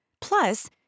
Plus